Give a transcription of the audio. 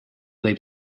võib